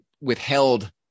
withheld